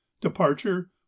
Departure